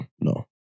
No